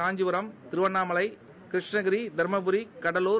Kanchipuram Tiruvannamalai Krishnagiri Dharmapuri Cuddalore